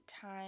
time